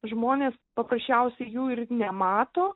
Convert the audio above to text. žmonės paprasčiausiai jų ir nemato